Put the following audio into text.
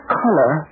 color